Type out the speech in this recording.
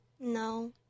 no